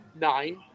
nine